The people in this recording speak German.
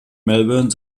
melbourne